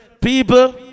people